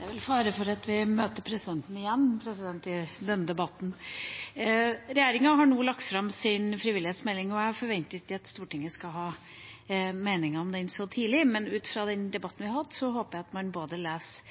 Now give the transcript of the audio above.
vel fare for at vi møter presidenten igjen i denne debatten. Regjeringa har nå lagt fram sin frivillighetsmelding. Jeg forventer ikke at Stortinget skal ha meninger om den så tidlig, men ut fra den debatten vi har hatt, håper jeg at man både leser